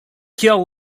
kiel